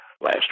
last